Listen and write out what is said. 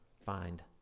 find